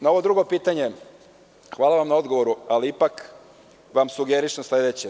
Na ovo drugo pitanje, hvala vam na odgovoru, ali ipak vam sugerišem sledeće.